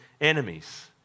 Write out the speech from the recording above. enemies